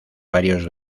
varios